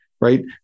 right